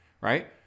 right